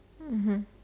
mmhmm